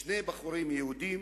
שני בחורים יהודים